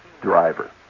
driver